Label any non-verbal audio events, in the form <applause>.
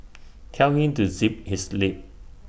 <noise> tell him to zip his lip